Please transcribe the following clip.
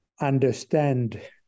understand